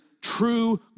true